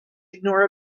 ignore